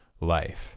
life